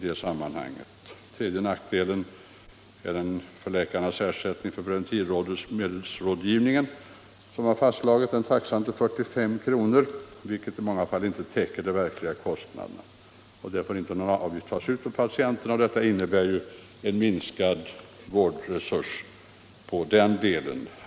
Den tredje nackdelen gäller läkarnas ersättning för preventivmedelsrådgivning. Taxan har fastslagits till 45 kr., vilket i många fall inte täcker de verkliga kostnaderna. Där får inte någon avgift tas ut av patienterna, och det innebär en minskad vårdresurs inom det området.